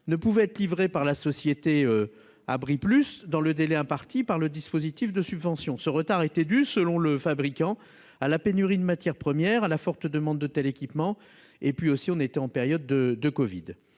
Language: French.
ne pouvaient être livrées par la société. Abris plus dans le délai imparti par le dispositif de subventions. Ce retard était dû selon le fabricant à la pénurie de matières premières à la forte demande de tels équipements et puis aussi on était en période de de Covid